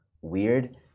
weird